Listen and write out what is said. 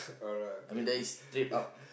I mean that is straight up